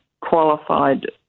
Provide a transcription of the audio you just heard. qualified